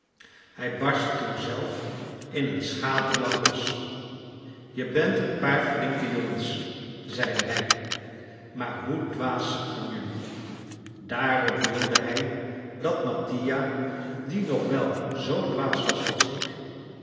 hij barstte toen zelf in een schaterlach los je bent een paar flinke jongens zeide hij maar hoe dwaas van jelui daarop wilde hij dat mattia die nog wèl zoo dwaas was als ik